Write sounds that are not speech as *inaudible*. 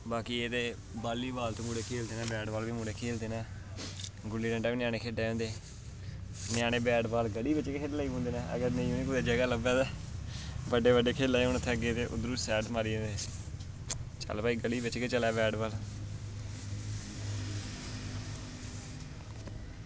बाकी एह्दे बॉलीबॉल ते मुढ़े खेल्लदे न बैट बॉल बी मुढ़े खेल्लदे न गुल्ली डंडा बी ञ्यानें खेढा दे होंदे ञ्यानें बैट बॉल गली विच गै खेढन लग्गी पौंदे न अगर नेईं उनें कोई जगह् लब्भै ते बड्डे बड्डे खेल्ला दे होन *unintelligible* सैड मारियै चल भाई गली बिच गै चले बैट बॉल